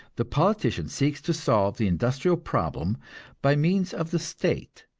the politician seeks to solve the industrial problem by means of the state,